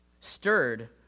stirred